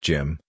Jim